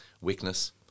Weakness